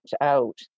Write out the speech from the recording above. out